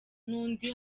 n’undi